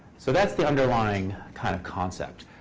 so that's the underlying kind of concept.